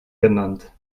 genannt